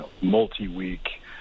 multi-week